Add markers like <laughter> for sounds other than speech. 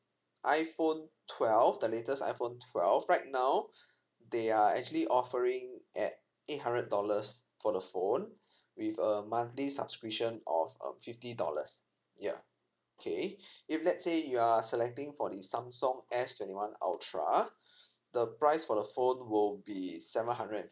iphone twelve the latest iphone twelve right now <breath> they are actually offering at eight hundred dollars for the phone with a monthly subscription of um fifty dollars yeah okay if let's say you are selecting for the samsung S twenty one ultra <breath> the price for the phone will be seven hundred and